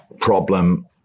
problem